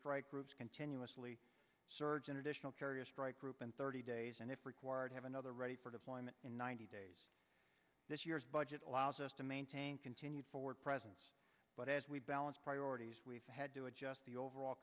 strike group continuously surge in additional carrier strike group in thirty days and if required have another ready for deployment in ninety days this year's budget allows us to maintain continued forward presence but as we balance priorities we've had to adjust the overall